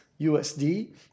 USD